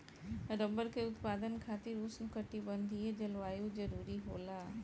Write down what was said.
rubber के उत्पादन खातिर उष्णकटिबंधीय जलवायु जरुरी होला